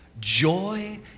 joy